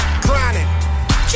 Grinding